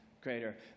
greater